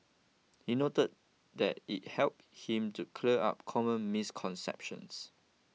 he noted that it help him to clear up common misconceptions